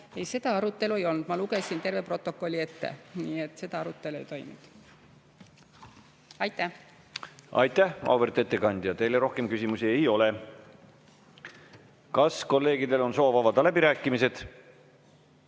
seda arutelu ei olnud. Ma lugesin terve protokolli ette. Nii et seda arutelu ei toimunud. Aitäh, auväärt ettekandja! Teile rohkem küsimusi ei ole. Kas kolleegidel on soov avada läbirääkimised?